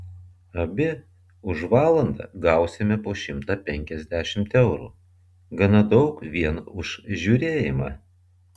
abi už valandą gausime po šimtą penkiasdešimt eurų gana daug vien už žiūrėjimą